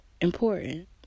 important